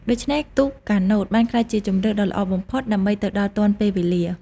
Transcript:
ដូច្នេះទូកកាណូតបានក្លាយជាជម្រើសដ៏ល្អបំផុតដើម្បីទៅដល់ទាន់ពេលវេលា។